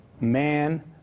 man